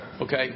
Okay